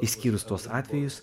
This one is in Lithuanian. išskyrus tuos atvejus